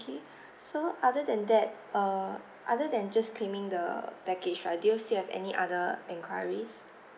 okay so other than that uh other than just claiming the package right do you have any other enquiries